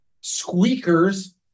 squeakers